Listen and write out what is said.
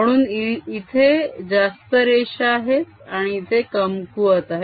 म्हणून इथे जास्त रेषा जात आहेत आणि इथे कमकुवत आहे